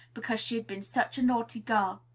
because she had been such a naughty girl.